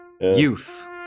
Youth